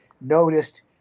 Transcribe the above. noticed